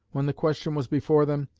when the question was before them,